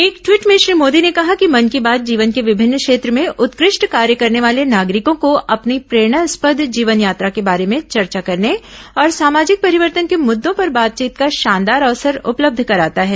एक ट्वीट में श्री मोदी ने कहा कि मन की बात जीवन के विभिन्न क्षेत्र में उत्कृष्ट कार्य करने वाले नागरिकों को अपनी प्रेरणास्पद जीवन यात्रा के बारे में चर्चा करने और सामाजिक परिवर्तन के मुद्दों पर बातचीत का शानदार अवसर उपलब्ध कराता है